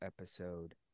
episode